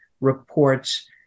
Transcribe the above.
reports